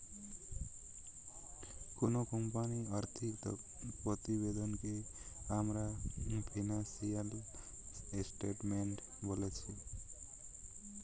কুনো কোম্পানির আর্থিক প্রতিবেদনকে আমরা ফিনান্সিয়াল স্টেটমেন্ট বোলছি